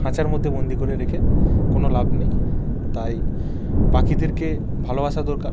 খাঁচার মধ্যে বন্দি করে রেখে কোনো লাভ নেই তাই পাখিদেরকে ভালোবাসা দরকার